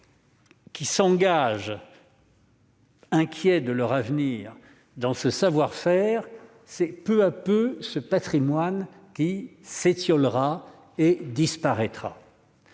s'engageant, inquiets de leur avenir, à perpétuer ce savoir-faire, c'est peu à peu tout ce patrimoine qui s'étiolera et disparaîtra.